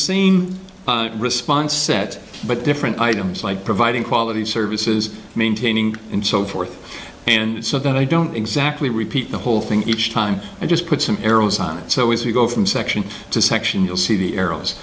same response set but different items like providing quality services maintaining and so forth and so that i don't exactly repeat the whole thing each time i just put some arrows on it so if you go from section to section you'll see the arrows